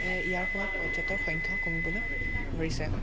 ইয়াৰ ফলত পৰ্যটৰ সংখ্যাও কমিবলৈ ধৰিছে